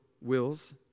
wills